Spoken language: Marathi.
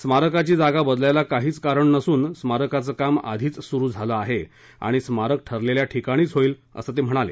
स्मारकाची जागा बदलायला काहीच कारण नसून स्मारकाचं काम आधीच सुरु झालं आहे आणि स्मारक ठरलेल्या ठिकाणीच होईल असं ते म्हणाले